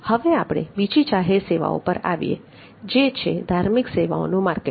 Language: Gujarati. હવે આપણે બીજી જાહેર સેવાઓ પર આવીએ જે છે ધાર્મિક સેવાઓનું માર્કેટિંગ